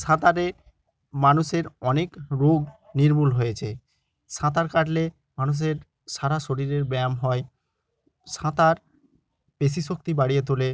সাঁতারে মানুষের অনেক রোগ নির্মূল হয়েছে সাঁতার কাটলে মানুষের সারা শরীরের ব্যায়াম হয় সাঁতার পেশি শক্তি বাড়িয়ে তোলে